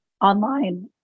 online